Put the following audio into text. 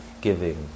giving